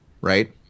right